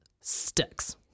sticks